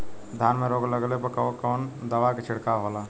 धान में रोग लगले पर कवन कवन दवा के छिड़काव होला?